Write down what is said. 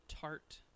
tart